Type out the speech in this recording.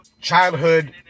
childhood